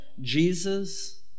Jesus